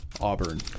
Auburn